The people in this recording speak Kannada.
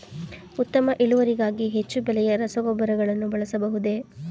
ಉತ್ತಮ ಇಳುವರಿಗಾಗಿ ಹೆಚ್ಚು ಬೆಲೆಯ ರಸಗೊಬ್ಬರಗಳನ್ನು ಬಳಸಬಹುದೇ?